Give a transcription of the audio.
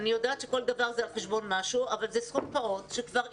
אני יודעת שכל דבר הוא על חשבון משהו אבל זה סכום פעוט שכבר התחלנו,